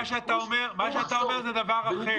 מה שאתה אומר זה דבר אחר.